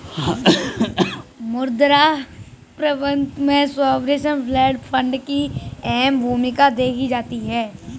मुद्रा प्रबन्धन में सॉवरेन वेल्थ फंड की अहम भूमिका देखी जाती है